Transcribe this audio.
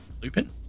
Lupin